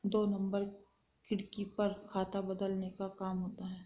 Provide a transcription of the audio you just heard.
दो नंबर खिड़की पर खाता बदलने का काम होता है